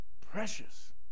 precious